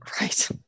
Right